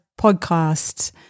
podcasts